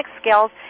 skills